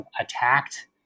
attacked